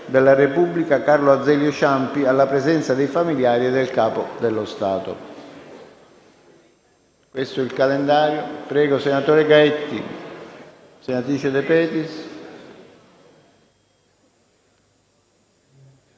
della Repubblica Carlo Azeglio Ciampi, alla presenza dei familiari e del Capo dello Stato.